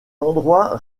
endroit